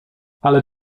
ale